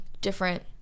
different